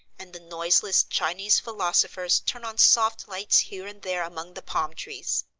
and the noiseless chinese philosophers turn on soft lights here and there among the palm trees.